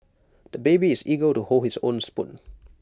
the baby is eager to hold his own spoon